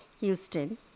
Houston